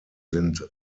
sind